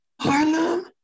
Harlem